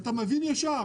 אתה מבין ישר